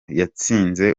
yatsinze